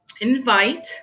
invite